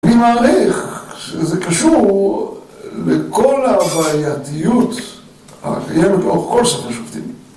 אני מעריך שזה קשור לכל הבעייתיות הקיימת לאורך כל ספר שופטים